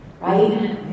right